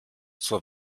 zur